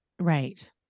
right